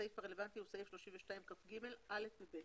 הסעיף הרלוונטי הוא סעיף 32כג(א) ו-(ב).